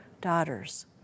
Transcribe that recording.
daughters